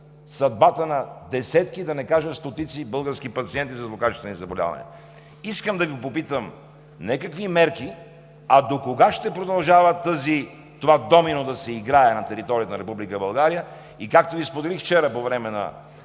съдбата на десетки, да не кажа стотици български пациенти със злокачествени заболявания. Искам да Ви попитам: не какви мерки, а докога ще продължава това домино да се играе на територията на Република България – и както Ви споделих вчера по време на